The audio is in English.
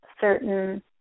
certain